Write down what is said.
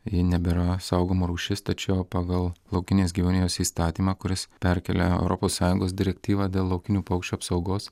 ji nebėra saugoma rūšis tačiau pagal laukinės gyvūnijos įstatymą kuris perkelia europos sąjungos direktyvą dėl laukinių paukščių apsaugos